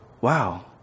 wow